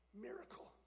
miracle